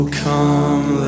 come